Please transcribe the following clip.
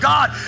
God